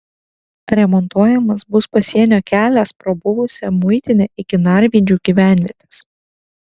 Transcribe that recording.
remontuojamas bus pasienio kelias pro buvusią muitinę iki narvydžių gyvenvietės